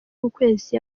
kukwezi